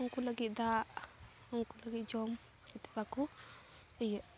ᱩᱱᱠᱩ ᱞᱟᱹᱜᱤᱫ ᱫᱟᱜ ᱩᱱᱠᱩ ᱞᱟᱹᱜᱤᱫ ᱡᱚᱢ ᱡᱚᱛᱚ ᱵᱟᱠᱚ ᱤᱭᱟᱹ